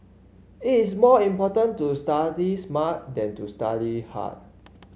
it is more important to study smart than to study hard